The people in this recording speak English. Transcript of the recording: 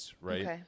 right